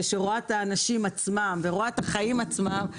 ורואה את האנשים עצמם ואת החיים עצמם,